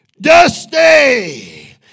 Dusty